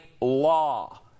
law